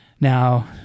Now